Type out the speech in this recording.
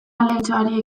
ahalegintxoari